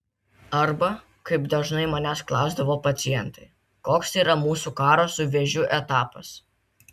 arba kaip dažnai manęs klausdavo pacientai koks yra mūsų karo su vėžiu etapas